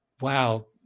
wow